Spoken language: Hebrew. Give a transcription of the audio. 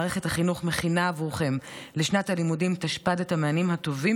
מערכת החינוך מכינה עבורכם לשנת הלימודים תשפ"ד את המענים הטובים